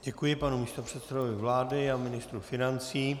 Děkuji panu místopředsedovi vlády a ministru financí.